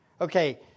Okay